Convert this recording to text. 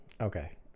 Okay